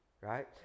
right